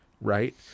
right